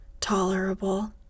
tolerable